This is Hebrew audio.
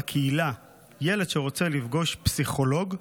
בקהילה, ילד שרוצה לפגוש פסיכולוג,